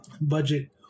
budget